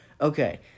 Okay